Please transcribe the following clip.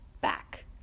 back